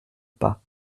pas